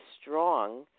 strong